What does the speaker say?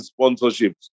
sponsorships